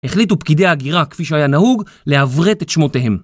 החליטו פקידי ההגירה, כפי שהיה נהוג, לעברת את שמותיהם.